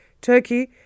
Turkey